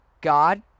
God